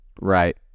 right